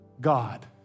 God